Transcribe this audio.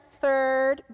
third